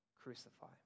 crucify